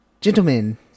gentlemen